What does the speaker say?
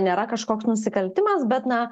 nėra kažkoks nusikaltimas bet na